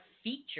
Feature